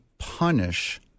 punish